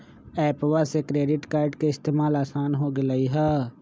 एप्पवा से credit card के इस्तेमाल असान हो गेलई ह